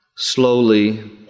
slowly